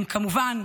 כמובן,